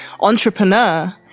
entrepreneur